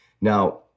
Now